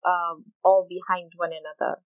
um all behind one another